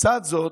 ולצד זאת,